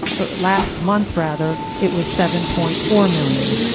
or last month rather, it was seven point four million